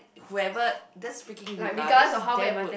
whoever that's freaking rude lah that's damn rude